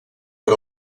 per